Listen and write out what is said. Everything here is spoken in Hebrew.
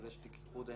יש תיק איחוד.